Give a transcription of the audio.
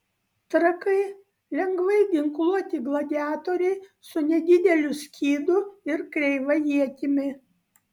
trakai lengvai ginkluoti gladiatoriai su nedideliu skydu ir kreiva ietimi